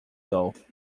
though